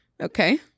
Okay